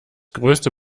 größte